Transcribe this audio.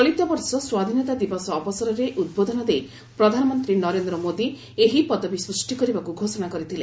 ଚଳିତ ବର୍ଷ ସ୍ୱାଧୀନତା ଦିବସ ଅବସରରେ ଉଦ୍ବୋଧନ ଦେଇ ପ୍ରଧାନମନ୍ତ୍ରୀ ନରେନ୍ଦ୍ର ମୋଦୀ ଏହିପଦବୀ ସୃଷ୍ଟି କରିବାକୁ ଘୋଷଣା କରିଥିଲେ